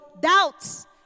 doubts